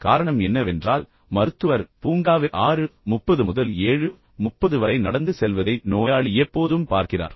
காரணம் என்னவென்றால் மருத்துவர் பூங்காவில் 630 முதல் 730 வரை நடந்து செல்வதை நோயாளி எப்போதும் பார்க்கிறார்